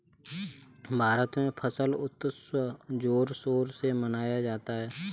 भारत में फसल उत्सव जोर शोर से मनाया जाता है